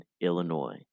Illinois